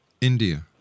India